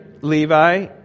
Levi